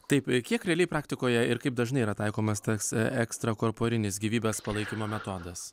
taip kiek realiai praktikoje ir kaip dažnai yra taikomas toks ekstrakorporinės gyvybės palaikymo metodas